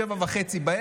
19:30,